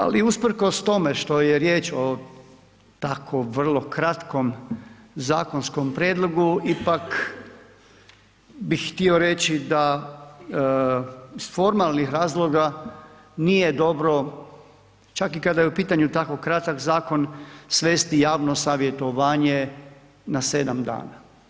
Ali, usprkos tome što je riječ o tako vrlo kratkom zakonskom prijedlogu, ipak bih htio reći da iz formalnih razloga nije dobro, čak i kad je pitanju tako kratak zakon, svesti javno savjetovanje na 7 dana.